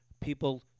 people